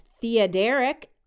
Theoderic